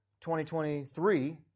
2023